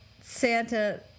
Santa